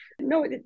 No